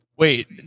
Wait